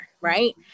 right